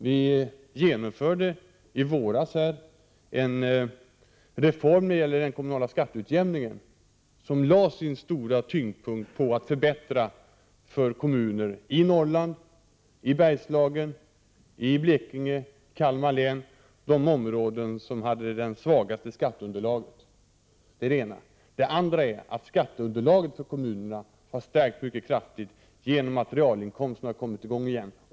För det första genomfördes i våras en reform när det gäller den kommunala skatteutjämningen, där den stora tyngdpunkten lades på en förbättring för kommuner i Norrland, Bergslagen, Blekinge och Kalmar län, dvs. de områden som har det svagaste skatteunderlaget. För det andra har skatteunderlaget för kommunerna stärkts mycket kraftigt genom att realinkomsterna har börjat öka igen.